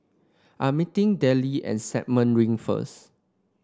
I'm meeting Dellie at Stagmont Ring first